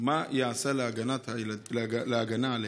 מה ייעשה להגנה עליהם?